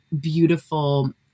beautiful